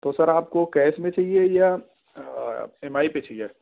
تو سر آپ کو کیش میں چاہیے یا ایم آئی پہ چاہیے